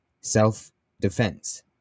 self-defense